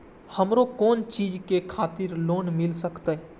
हमरो कोन चीज के खातिर लोन मिल संकेत?